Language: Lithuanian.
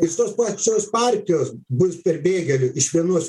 iš tos pačios partijos bus perbėgėlių iš vienos